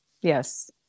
yes